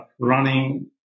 running